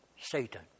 Satan